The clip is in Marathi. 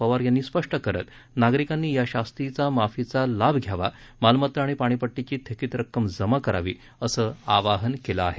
पवार यांनी स्पष्ट करत नागरिकांनी या शास्ती माफीचा लाभ घ्यावा मालमत्ता आणि पाणीपट्टीची थकीत रक्कम जमा करावी असं आवाहन केलं आहे